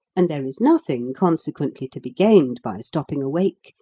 and there is nothing, consequently, to be gained by stopping awake,